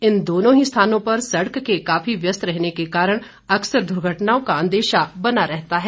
इन दोनों ही स्थानों पर सड़क के काफी व्यस्त रहने के कारण अक्सर दुर्घटनाओं का अंदेशा बना रहता है